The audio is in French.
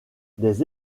des